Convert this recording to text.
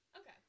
Okay